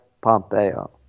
Pompeo